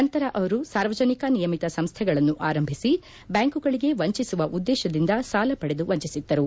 ನಂತರ ಕಕ್ಕಡ್ ಸಾರ್ವಜನಿಕ ನಿಯಮಿತ ಸಂಸ್ಥೆಗಳನ್ನು ಆರಂಭಿಸಿ ಬ್ಯಾಂಕುಗಳಿಗೆ ವಂಚಿಸುವ ಉದ್ದೇಶದಿಂದ ಸಾಲ ಪಡೆದು ವಂಚಿಸಿದ್ದರು